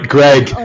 Greg